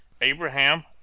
Abraham